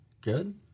Good